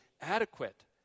adequate